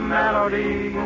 melody